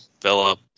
Philip